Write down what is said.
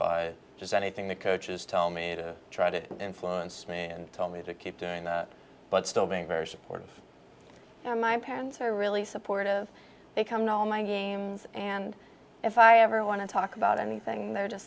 just anything that coaches tell me to try to influence me and tell me to keep doing that but still being very supportive and my parents are really supportive they come to all my games and if i ever want to talk about anything they just